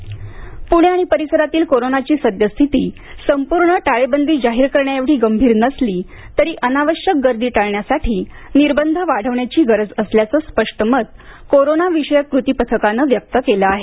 corona Pune आणि परिसरातील कोरोनाची सद्यस्थिती संपूर्ण टाळेबंदी जाहीर करण्याएवढी गंभीर नसली तरी अनावश्यक गर्दी टाळण्यासाठी निर्बंध वाढवण्याची गरज असल्याचं स्पष्ट मत कोरोना विषयक कृती पथकानं व्यक्त केलं आहे